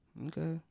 Okay